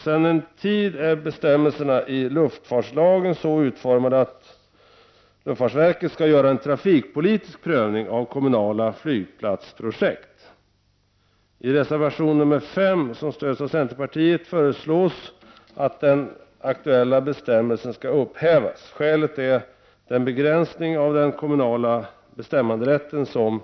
Sedan en tid är bestämmelserna i luftfartslagen så utformade att luftfartsverket skall göra en trafikpolitisk prövning av kommunala flygplatsprojekt. I reservation nr 5, som stöds av centerpartiet, föreslås att den aktuella bestämmelsen skall upphävas. Skälet är den begränsning av den kommunala bestämmanderätten som